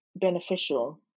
beneficial